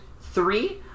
three